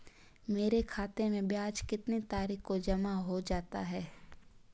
मेरे खाते में ब्याज कितनी तारीख को जमा हो जाता है?